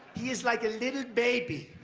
he is like a little baby.